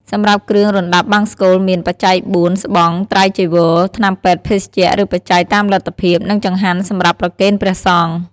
សម្រាប់គ្រឿងរណ្តាប់បង្សុកូលមាន បច្ច័យបួន ស្បង់ ត្រៃចីវរ ថ្នាំពេទ្យ ភេសជ្ជៈ ឬបច្ច័យតាមលទ្ធភាព និងចង្ហាន់សម្រាប់ប្រគេនព្រះសង្ឃ។